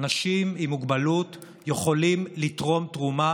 ואנשים עם מוגבלות יכולים לתרום תרומה